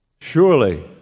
Surely